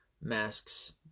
masks